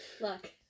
Look